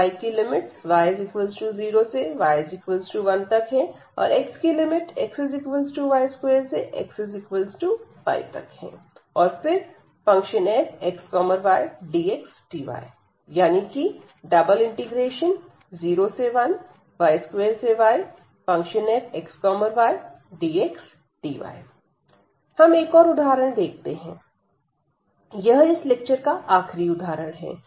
तो y की limits y 0 से y 1 तक है और x की लिमिट्स x y2 से x y तक है और फिर fxydxdy यानी कि 01y2yfxydxdy हम एक और उदाहरण देखते हैं यह इस लेक्चर का आखिरी उदाहरण है